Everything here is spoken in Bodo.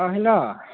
औ हेल'